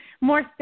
more